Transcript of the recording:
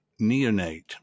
neonate